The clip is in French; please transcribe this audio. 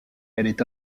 est